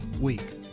week